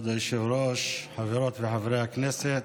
כבוד היושב-ראש, חברות וחברי הכנסת,